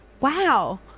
Wow